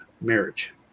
marriage